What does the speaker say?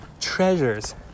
treasures